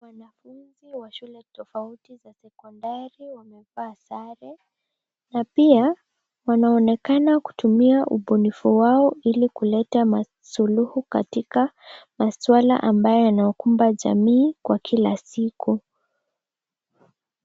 Wanafunzi wa shule tofauti za sekondari wamevaa sare na pia, wanaonekana kutumia ubunifu wao ili kuleta masuluhu katika maswala ambayo yanakumba jamii kwa kila siku.